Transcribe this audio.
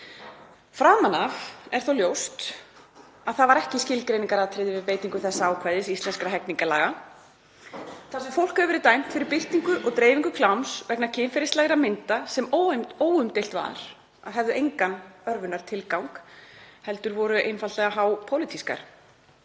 Framan af er þó ljóst að það var ekki skilgreiningaratriði við beitingu þessa ákvæðis íslenskra hegningarlaga þar sem fólk hefur verið dæmt fyrir birtingu og dreifingu kláms vegna kynferðislegra mynda sem óumdeilt var að hefðu engan örvunartilgang heldur voru einfaldlega hápólitískar.